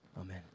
Amen